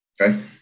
Okay